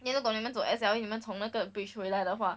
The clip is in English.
then 如果你们走 S_L_E 你们从那个 bridge 回来的话